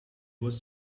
was